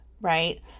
right